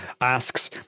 asks